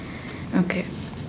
okay